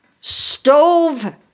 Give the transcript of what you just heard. stove